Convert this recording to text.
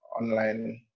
online